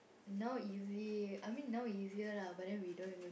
now easy I mean now easier lah but we don't even